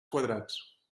quadrats